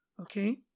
okay